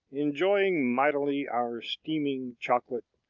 enjoying mightily our steaming chocolate,